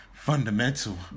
Fundamental